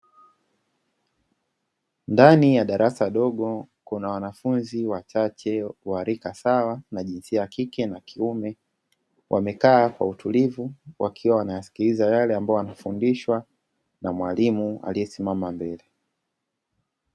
Ndani ya darasa dogo Kuna wanafunzi wachache wa rika sawa na jinsia ya kike na kiume, wamekaa kwa utulivu wakiwa wanasikiliza yale ambayo yanayofundishwa na mwalimu aliyesimama mbele.